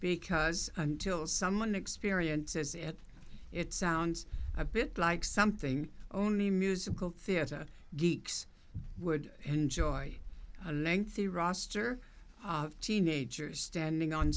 because until someone experiences it it sounds a bit like something only musical theater geeks would enjoy a lengthy roster of teenagers standing on